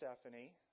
Stephanie